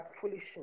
foolishness